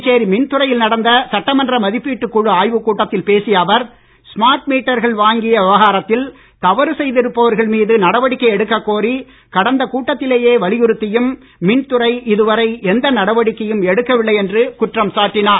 புதுச்சேரி மின்துறையில் நடந்த சட்டமன்ற மதிப்பீட்டுக்குழு ஆய்வுக்கூட்டத்தில் பேசிய அவர் ஸ்மார்ட் மீட்டர்கள் வாங்கிய விவகாரத்தில் தவறு செய்திருப்பவர்கள் மீது நடவடிக்கை எடுக்கக்கோரி கடந்த கூட்டத்திலேயே வலியுறுத்தியும் மின்துறை இதுவரை எந்த நடவடிக்கையும் எடுக்கவில்லை என்று குற்றம் சாட்டினார்